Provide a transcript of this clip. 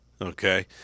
Okay